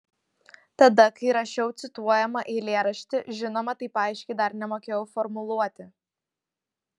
tada kai rašiau cituojamą eilėraštį žinoma taip aiškiai dar nemokėjau formuluoti